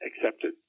accepted